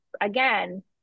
again